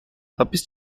hapis